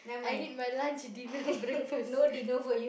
I need my lunch dinner breakfast